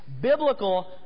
biblical